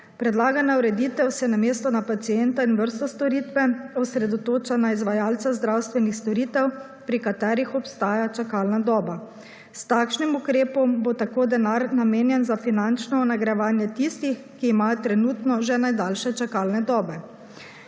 Predlagana ureditev se namesto na pacienta in vrsto storitve osredotoča na izvajalca zdravstvenih storitev pri katerih obstaja čakalna doba. S takšnim ukrepom bo tako denar namenjen za finančno nagrajevanje tistih, ki imajo trenutno že najdaljše čakalne dobe.